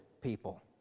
people